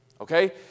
okay